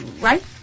right